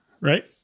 right